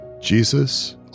jesus